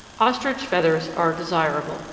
ostrich feathers are desirable.